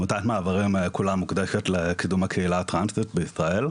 עמותת מעברים כולה מוקדשת לקידום הקהילה הטרנסית בישראל.